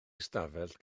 ystafell